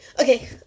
Okay